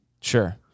Sure